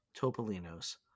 topolinos